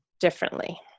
differently